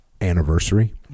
Anniversary